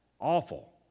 Awful